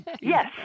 Yes